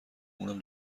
اونم